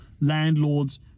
landlords